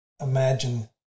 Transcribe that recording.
Imagine